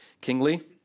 kingly